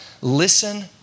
listen